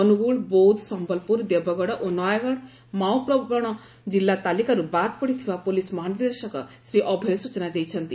ଅନୁଗୋଳ ବୌଦ୍ଧ ସୟଲପୁର ଦେବଗଡ ଓ ନୟାଗଡ ମାଓବାଦୀପ୍ରବଶ କିଲ୍ଲା ତାଲିକାରୁ ବାଦ୍ ପଡିଥିବା ପୁଲିସ ମହାନିର୍ଦ୍ଦେଶକ ଶ୍ରୀ ଅଭୟ ସୂଚନା ଦେଇଛନ୍ତି